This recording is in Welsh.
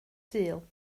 sul